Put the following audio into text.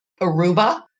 Aruba